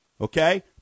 okay